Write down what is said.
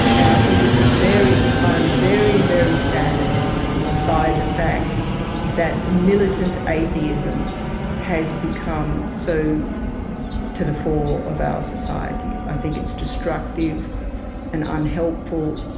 and i think it's a very i'm very, very saddened by the fact that militant atheism has become so to the fore of our society. i think it's destructive and unhelpful,